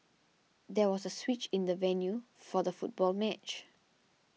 there was a switch in the venue for the football match